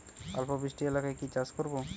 অল্প বৃষ্টি এলাকায় কি চাষ করব?